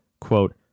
quote